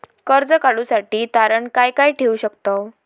कर्ज काढूसाठी तारण काय काय ठेवू शकतव?